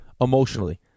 emotionally